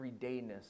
everydayness